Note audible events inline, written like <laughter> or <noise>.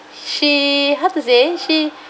she how to say she <breath>